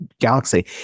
galaxy